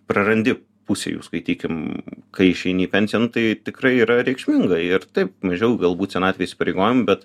prarandi pusę jų skaitykim kai išeini į pensiją nu tai tikrai yra reikšminga ir taip mažiau galbūt senatvėj įsipareigojimų bet